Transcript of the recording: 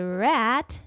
rat